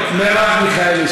חברת הכנסת מרב מיכאלי,